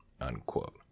Unquote